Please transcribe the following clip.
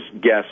guess